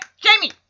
Jamie